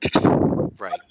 right